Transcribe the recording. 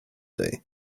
day